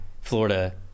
Florida